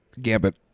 Gambit